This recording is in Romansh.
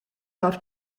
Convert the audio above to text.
tour